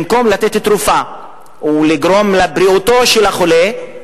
במקום לתת תרופה ולתרום לבריאותו של החולה,